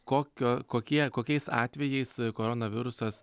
kokio kokie kokiais atvejais koronavirusas